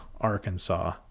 Arkansas